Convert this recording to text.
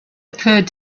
occurred